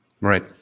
Right